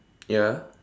ya